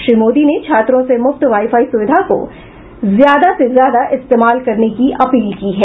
श्री मोदी ने छात्रों से मुफ्त वाई फाई सुविधा को ज्यादा ज्यादा से इस्तेमाल करने की अपील की है